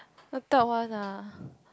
I don't want lah